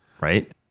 right